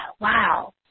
wow